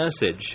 message